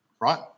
right